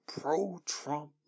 pro-Trump